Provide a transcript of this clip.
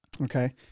Okay